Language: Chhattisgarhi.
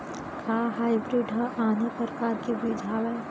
का हाइब्रिड हा आने परकार के बीज आवय?